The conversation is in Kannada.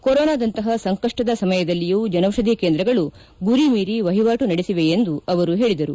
ಕೊರೋನಾದಂತಹ ಸಂಕಷ್ಟದ ಸಮಯದಲ್ಲಿಯೂ ಜನೌಷಧಿ ಕೇಂದ್ರಗಳು ಗುರಿ ಮೀರಿ ವಹಿವಾಟು ನಡೆಸಿವೆ ಎಂದು ಅವರು ಪೇಳಿದರು